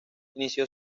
inició